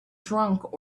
drunk